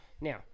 Now